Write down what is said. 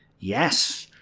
yes,